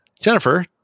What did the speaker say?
Jennifer